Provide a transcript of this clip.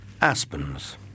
Aspens